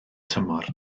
tymor